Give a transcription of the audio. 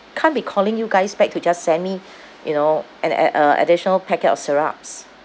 can't be calling you guys back to just send me you know add~ add~ uh additional packet of syrups